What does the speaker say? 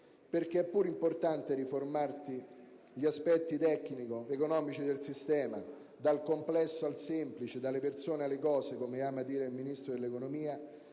perché, pur essendo importante riformare gli aspetti tecnico-economici del sistema (dal complesso al semplice, dalle persone alle cose, come ama dire il Ministro dell'economia),